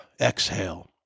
Exhale